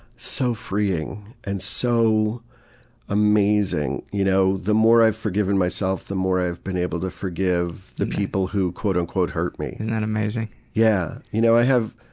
so freeing. and so amazing. you know, the more i've forgiven myself, the more i've been able to forgive the people who've quote-unquote hurt me. and and yeah you know i have